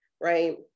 right